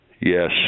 Yes